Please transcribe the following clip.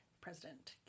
president